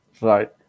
Right